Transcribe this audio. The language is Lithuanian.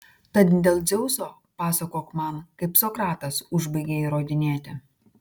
tad dėl dzeuso pasakok man kaip sokratas užbaigė įrodinėti